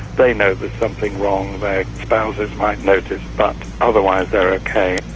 they know there's something wrong, their spouses might notice but otherwise they are ok.